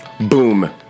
Boom